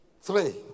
three